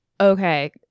Okay